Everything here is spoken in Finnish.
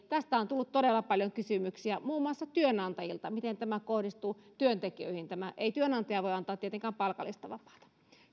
tästä on tullut todella paljon kysymyksiä muun muassa työnantajilta että miten tämä kohdistuu työntekijöihin ei työnantaja voi tietenkään antaa palkallista vapaata